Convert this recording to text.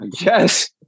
yes